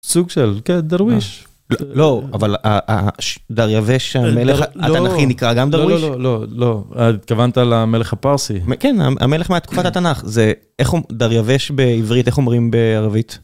סוג של, כן, דרוויש. לא, אבל אה... אה... דרייבש המלך התנ"כי נקרא גם דרוויש? לא לא לא, לא. התכוונת למלך הפרסי. כן, המלך מהתקופת התנ"ך, זה איך אומ... זה דרייבש בעברית איך אומרים בערבית?